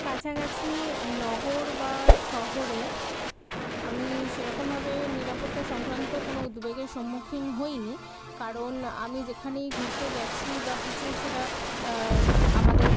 কাছাকাছি নগর বা শহরে আমি সেরকমভাবে নিরাপত্তা সংক্রান্ত কোনো উদ্বেগের সম্মুখীন হইনি কারণ আমি যেখানেই ঘুরতে গিয়েছি বা কিছু সেটা আমাদের